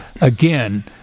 again